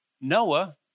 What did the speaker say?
Noah